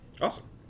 Awesome